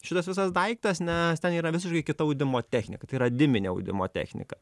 šitas visas daiktas nes ten yra visiškai kita audimo technika tai yra diminė audimo technika